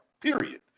period